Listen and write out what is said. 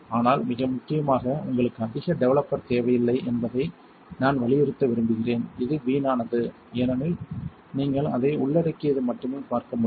ஆனால் மிக முக்கியமாக உங்களுக்கு அதிக டெவலப்பர் தேவையில்லை என்பதை நான் வலியுறுத்த விரும்புகிறேன் இது வீணானது ஏனெனில் நீங்கள் அதை உள்ளடக்கியது மட்டுமே பார்க்க முடியும்